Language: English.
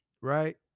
right